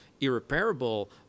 irreparable